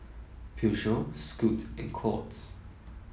Peugeot Scoot and Courts